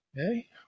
Okay